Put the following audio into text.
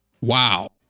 Wow